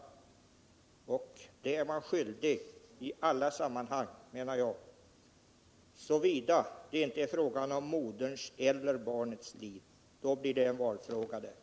Man är skyldig att skydda det i alla sammanhang, såvida det inte är fråga om barnets eller moderns liv. Då blir det fråga om ett val.